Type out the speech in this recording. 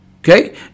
Okay